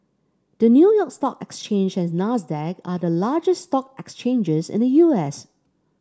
the New York Stock Exchange and Nasdaq are the largest stock exchanges in the U S